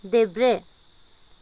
देब्रे